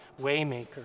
Waymaker